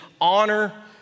honor